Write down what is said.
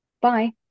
bye